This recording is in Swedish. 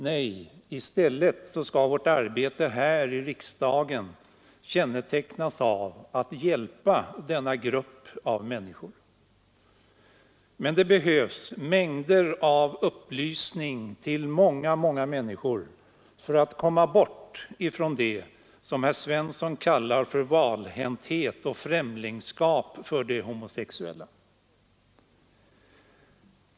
Nej, i stället skall vårt arbete här i riksdagen kännetecknas av en vilja att hjälpa denna grupp. Men det behövs mängder av upplysning till många, många människor för att komma bort från det som herr Svensson kallar för valhänthet och främlingskap inför de homosexuella.